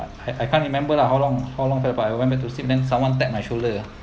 I I can't remember lah how long how long whereby I went back to sleep then someone tap my shoulder ah